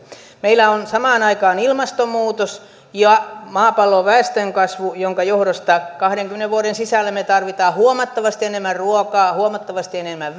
meillä on samaan aikaan ilmastonmuutos ja maapallon väestönkasvu jonka johdosta kahdenkymmenen vuoden sisällä me tarvitsemme huomattavasti enemmän ruokaa huomattavasti enemmän